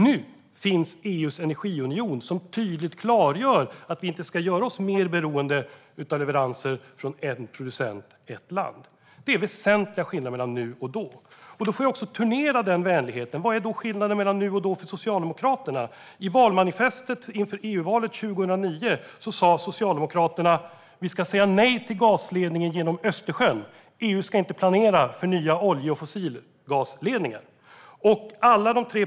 Nu finns EU:s energiunion som tydligt klargör att vi inte ska göra oss mer beroende av leveranser från en producent och ett land. Det är väsentliga skillnader mellan nu och då. Jag returnerar vänligheten: Vad är skillnaden mellan nu och då för Socialdemokraterna? I valmanifestet inför EU-valet 2009 sa Socialdemokraterna: Vi ska säga nej till gasledningen genom Östersjön. EU ska inte planera för nya olje och fossilgasledningar.